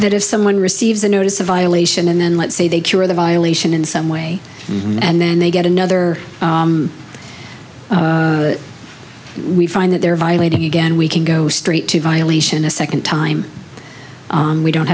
that if someone receives a notice a violation and then let's say they cure the violation in some way and then they get another we find that they're violating again we can go straight to violation a second time we don't